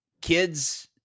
kids